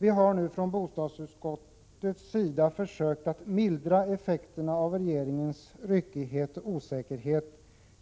Vi har från bostadsutskottets sida försökt mildra effekterna av regeringens ryckighet och osäkerhet